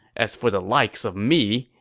as for the likes of me,